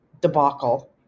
debacle